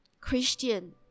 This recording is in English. Christian